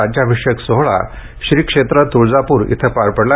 राज्यभिषेक सोहळा श्रीक्षेत्र तुळजापूर इथं पार पडला